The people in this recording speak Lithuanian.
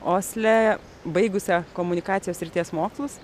osle baigusia komunikacijos srities mokslus